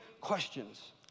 questions